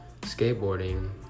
Skateboarding